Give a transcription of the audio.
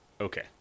Okay